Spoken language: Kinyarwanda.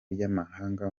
by’amahanga